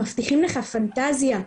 מבטיחים לך פנטזיה.